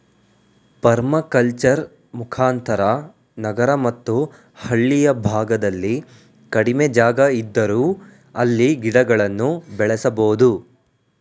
permaculture ಮುಖಾಂತರ ನಗರ ಮತ್ತು ಹಳ್ಳಿಯ ಭಾಗದಲ್ಲಿ ಕಡಿಮೆ ಜಾಗ ಇದ್ದರೂ ಅಲ್ಲಿ ಗಿಡಗಳನ್ನು ಬೆಳೆಸಬೋದು